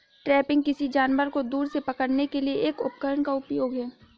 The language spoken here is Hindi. ट्रैपिंग, किसी जानवर को दूर से पकड़ने के लिए एक उपकरण का उपयोग है